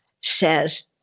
says